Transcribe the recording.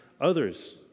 others